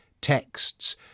texts